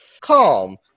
calm